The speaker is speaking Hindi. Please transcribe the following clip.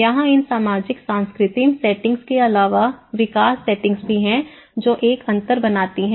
यहां इन सामाजिक सांस्कृतिक सेटिंग्स के अलावा विकास सेटिंग्स भी हैं जो एक अंतर बनाती हैं